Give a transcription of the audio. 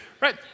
right